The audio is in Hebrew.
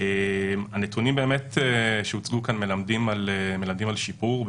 הנתונים שהוצגו כאן מלמדים על שיפור,